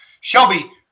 Shelby